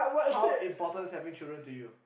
how important's having children to you